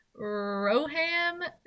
Roham